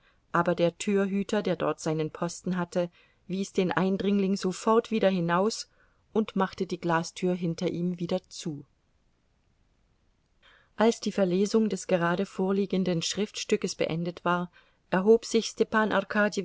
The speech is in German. aber der türhüter der dort seinen posten hatte wies den eindringling sofort wieder hinaus und machte die glastür hinter ihm wieder zu als die verlesung des gerade vorliegenden schriftstückes beendet war erhob sich stepan